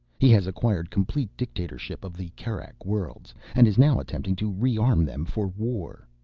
he has acquired complete dictatorship of the kerak worlds, and is now attempting to rearm them for war.